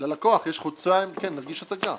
ללקוח יש חודשיים להגיש השגה,